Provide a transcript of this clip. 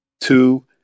two